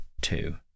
two